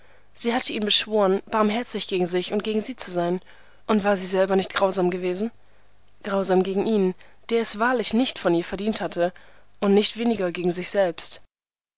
sie hatte ihn beschworen barmherzig gegen sich und gegen sie zu sein und war sie selber nicht grausam gewesen grausam gegen ihn der es wahrlich nicht von ihr verdient hatte und nicht weniger gegen sich selbst